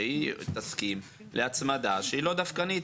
שהיא תסכים להצמדה שהיא לא דווקנית,